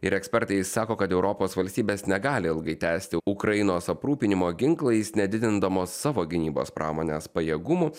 ir ekspertai sako kad europos valstybės negali ilgai tęsti ukrainos aprūpinimo ginklais nedidindamos savo gynybos pramonės pajėgumų